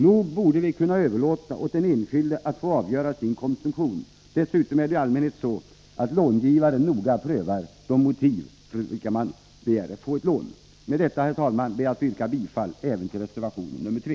Nog borde vi kunna överlåta åt den enskilde att få avgöra sin konsumtion. Dessutom är det ju i allmänhet så, att långivaren noga prövar de motiv man anför för att få ett lån. Med detta, herr talman, ber jag även att få yrka bifall till reservation 3.